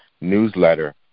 newsletter